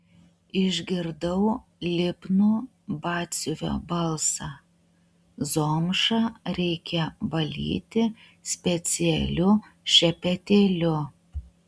išgirdau lipnų batsiuvio balsą zomšą reikia valyti specialiu šepetėliu